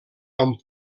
amb